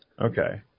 Okay